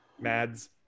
Mads